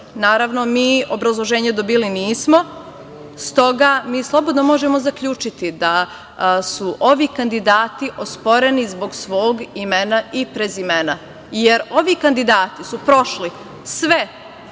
Naravno, mi obrazloženje dobili nismo. Mi slobodno možemo zaključiti da su ovi kandidati osporeni zbog svog imena i prezimena. Ovi kandidati su prošli sve,